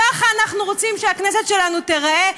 ככה אנחנו רוצים שהכנסת שלנו תיראה?